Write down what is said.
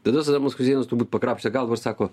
tada sadamas huseinas turbūt pakrapštė galvą ir sako